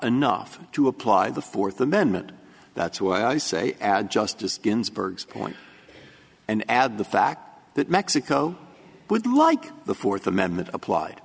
enough to apply the fourth amendment that's why i say at justice ginsburg's point and add the fact that mexico would like the fourth amendment applied